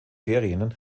ferien